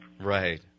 Right